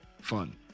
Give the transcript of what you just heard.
fun